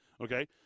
Okay